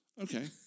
Okay